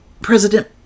President